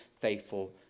faithful